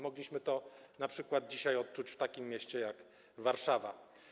Mogliśmy to np. dzisiaj odczuć w takim mieście jak Warszawa.